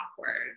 awkward